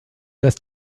dass